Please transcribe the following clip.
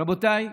רבותיי,